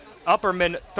upperman